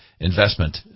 investment